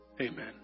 amen